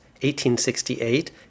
1868